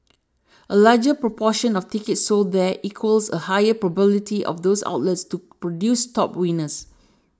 a larger proportion of tickets sold there equals a higher probability of those outlets to produce top winners